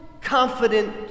confident